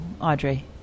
Audrey